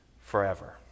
forever